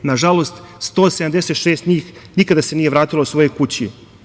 Nažalost, 176 njih nikada se nije vratilo svojoj kući.